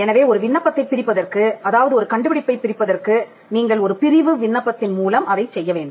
எனவே ஒரு விண்ணப்பத்தைப் பிரிப்பதற்கு அதாவது ஒரு கண்டுபிடிப்பைப் பிரிப்பதற்கு நீங்கள் ஒரு பிரிவு விண்ணப்பத்தின் மூலம் அதைச் செய்யவேண்டும்